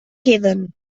queden